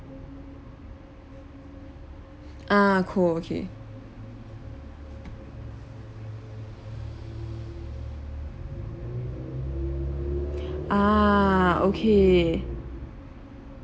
ah cold okay ah okay